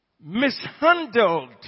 mishandled